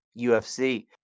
UFC